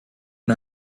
and